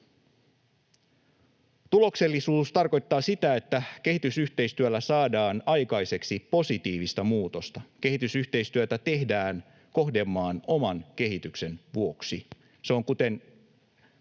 Tuloksellisuus tarkoittaa sitä, että kehitysyhteistyöllä saadaan aikaiseksi positiivista muutosta. Kehitysyhteistyötä tehdään kohdemaan oman kehityksen vuoksi. Se on, kuten